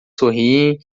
sorriem